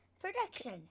production